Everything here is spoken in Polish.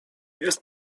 jest